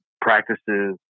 practices